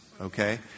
Okay